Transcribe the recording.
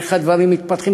איך הדברים מתפתחים.